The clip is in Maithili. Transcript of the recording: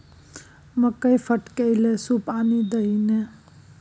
मकई फटकै लए सूप आनि दही ने